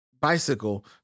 bicycle